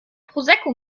prosecco